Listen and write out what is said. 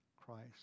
Christ